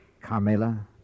Carmela